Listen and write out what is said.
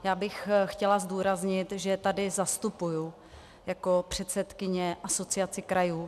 Já bych chtěla zdůraznit, že tady vystupuji jako předsedkyně Asociace krajů.